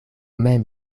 mem